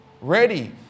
Ready